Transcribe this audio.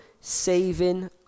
saving